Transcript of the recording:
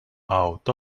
out